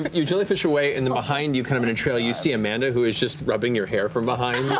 but you jellyfish away, and then behind you, kind of in a and trail, you see amanda, who is just rubbing your hair from behind.